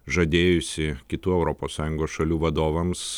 žadėjusi kitų europos sąjungos šalių vadovams